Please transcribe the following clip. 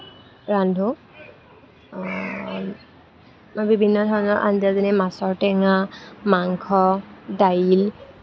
ৰান্ধো মই বিভিন্ন ধৰণৰ আঞ্জা যেনে মাছৰ টেঙা মাংস দাইল